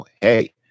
hey